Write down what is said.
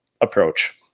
approach